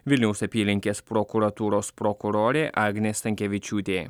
vilniaus apylinkės prokuratūros prokurorė agnė stankevičiūtė